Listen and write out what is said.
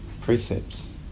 precepts